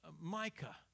Micah